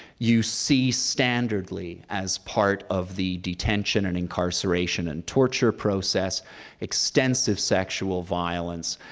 you see standardly as part of the detention, and incarceration, and torture process extensive sexual violence,